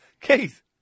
Keith